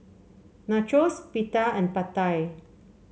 Nachos Pita and Pad Thai